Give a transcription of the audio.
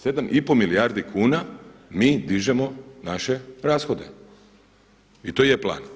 7,5 milijardi kuna mi dižemo naše rashode, i to je plan.